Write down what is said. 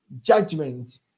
judgment